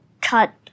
cut